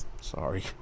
Sorry